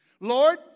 Lord